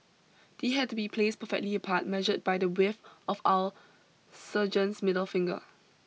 they had to be placed perfectly apart measured by the width of our sergeants middle finger